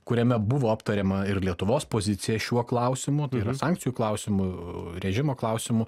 kuriame buvo aptariama ir lietuvos pozicija šiuo klausimu tai yra sankcijų klausimu režimo klausimu